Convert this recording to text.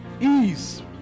Ease